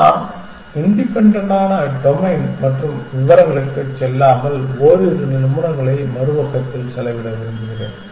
நான் இண்டிபென்டன்டான டொமைன் மற்றும் விவரங்களுக்குச் செல்லாமல் ஓரிரு நிமிடங்களை மறுபக்கத்தில் செலவிட விரும்புகிறேன்